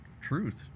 truth